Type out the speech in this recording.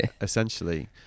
Essentially